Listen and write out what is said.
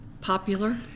popular